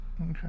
Okay